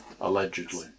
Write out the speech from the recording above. allegedly